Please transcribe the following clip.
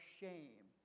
shame